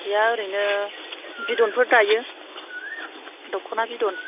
सिया ओरैनो बिदनफोर दायो दखना बिदन